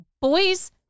boys